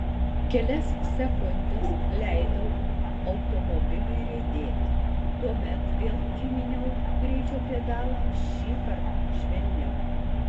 kelias sekundes leidau automobiliui riedėti tuomet vėl įminiau greičio pedalą šįkart švelniau